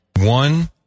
One